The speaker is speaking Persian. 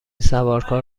سوارکار